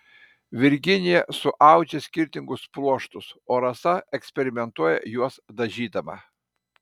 virginija suaudžia skirtingus pluoštus o rasa eksperimentuoja juos dažydama